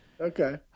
Okay